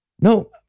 no